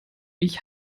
ich